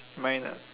mine ah